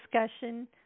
discussion